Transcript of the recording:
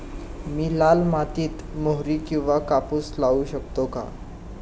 मी लाल मातीत मोहरी किंवा कापूस लावू शकतो का?